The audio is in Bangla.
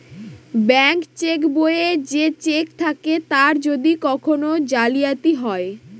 ব্যাঙ্ক চেক বইয়ে যে চেক থাকে তার যদি কখন জালিয়াতি হয়